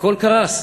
הכול קרס.